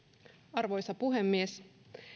arvoisa puhemies